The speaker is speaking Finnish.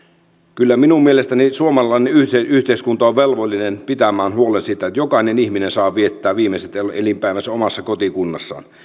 kyllä minun mielestäni suomalainen yhteiskunta on velvollinen pitämään huolen siitä että jokainen ihminen saa viettää viimeiset elinpäivänsä omassa kotikunnassaan